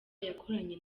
yakoranye